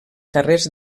carrers